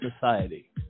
society